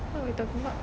what we talking about